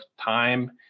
time